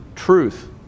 truth